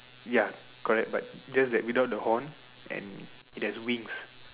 ya correct but just that without the Horn and there's wings